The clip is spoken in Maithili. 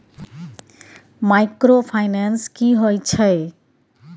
माइक्रोफाइनेंस की होय छै?